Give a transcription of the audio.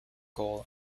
goal